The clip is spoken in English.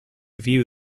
view